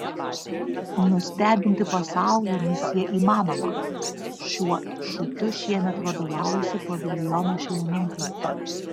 nustebinti pasaulį misija įmanoma šiuo šūkiu šiemet vadovaujasi paviljono šeimininkai